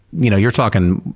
you know you're talking,